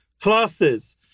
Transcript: classes